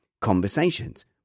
conversations